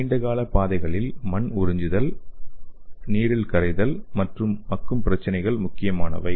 நீண்ட கால பாதைகளில் மண் உறிஞ்சுதல் நீடரில் கரைதல் மற்றும் மக்கும் பிரச்சினைகள் முக்கியமானவை